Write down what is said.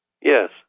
Yes